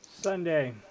Sunday